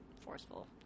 forceful